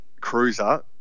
Cruiser